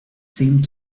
seemed